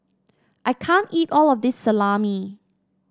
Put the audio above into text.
I can't eat all of this Salami